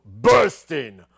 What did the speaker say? Bursting